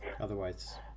otherwise